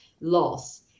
loss